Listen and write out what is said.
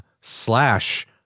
slash